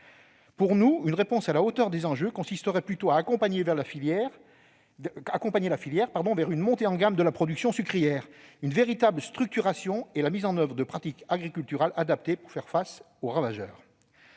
Selon nous, une réponse à la hauteur des enjeux consisterait plutôt à accompagner la filière vers une montée en gamme de la production sucrière, une véritable structuration et la mise en oeuvre de pratiques agriculturales adaptées pour faire face aux ravageurs.